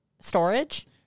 storage